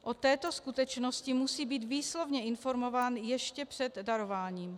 O této skutečnosti musí být výslovně informován ještě před darováním.